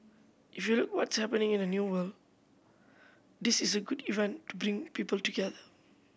if you look what's happening in the New World this is a good event to bring people together